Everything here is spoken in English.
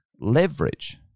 leverage